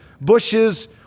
bushes